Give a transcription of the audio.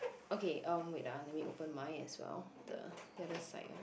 okay um wait ah let me open mine as well the the other side ah